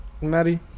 Maddie